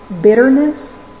bitterness